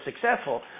successful